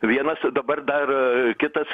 vienas dabar dar kitas